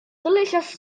delicious